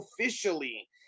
officially